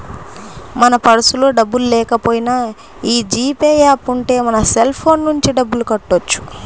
మన పర్సులో డబ్బుల్లేకపోయినా యీ జీ పే యాప్ ఉంటే మన సెల్ ఫోన్ నుంచే డబ్బులు కట్టొచ్చు